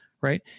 right